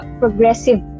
progressive